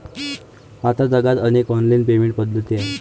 आता जगात अनेक ऑनलाइन पेमेंट पद्धती आहेत